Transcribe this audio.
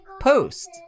post